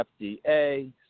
FDA